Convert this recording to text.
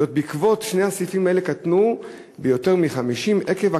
שני הסעיפים האלה קטנו ביותר מ-50% עקב,